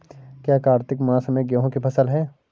क्या कार्तिक मास में गेहु की फ़सल है?